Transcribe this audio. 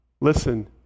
listen